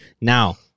Now-